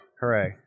Hooray